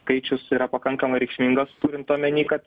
skaičius yra pakankamai reikšmingas turint omeny kad